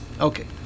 Okay